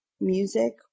music